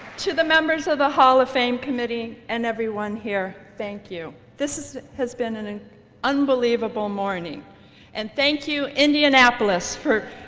to the members of the hall of fame committee and everyone here thank you. this has been an an unbelievable morning and thank you, indianapolis for